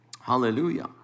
hallelujah